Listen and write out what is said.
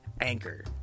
Anchor